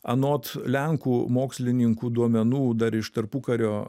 anot lenkų mokslininkų duomenų dar iš tarpukario